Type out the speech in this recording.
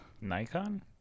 Nikon